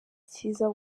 icyiza